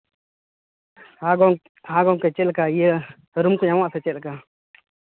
ᱦᱮᱸ ᱦᱮᱸ ᱜᱮᱢᱠᱮ ᱪᱮᱫ ᱞᱮᱠᱟ ᱤᱭᱟᱹ ᱨᱩᱢ ᱠᱚ ᱧᱟᱢᱚᱜ ᱟᱥᱮ ᱪᱮᱫ ᱞᱮᱠᱟ